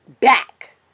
back